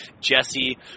Jesse